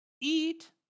eat